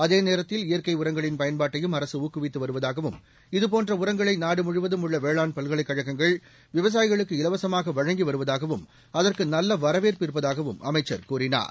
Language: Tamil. அதேநோத்தில் இயற்கை உரங்களின் பயன்பாட்டையும் அரசு ஊக்குவித்து வருவதாகவும் இதபோன்ற உரங்களை நாடுமுழுவதும் உள்ள வேளான் பல்கலைக் கழகங்கள் விவசாயிகளுக்கு இலவசமாக வழங்கி வருவதாகவும் அதற்கு நல்ல வரவேற்பு இருப்பதாகவும் அமைச்சர் கூறினார்